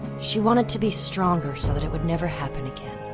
she wanted to be stronger so that it would never happen again.